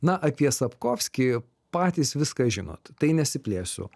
na apie sapkovskį patys viską žinot tai nesiplėsiu